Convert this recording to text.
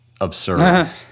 absurd